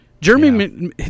Jeremy